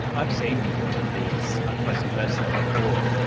i've seen one of these up close and personal before,